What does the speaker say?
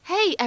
Hey